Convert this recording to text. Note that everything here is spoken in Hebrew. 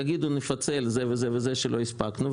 יגידו נפצל את זה וזה שלא הספקנו,